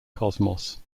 cosmos